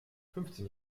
fünfzehn